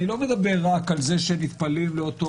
אני לא מדבר רק על זה שנטפלים לאותו